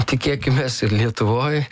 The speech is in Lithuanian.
tikėkimės ir lietuvoj